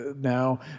now